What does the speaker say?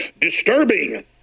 Disturbing